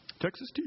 Texas